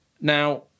Now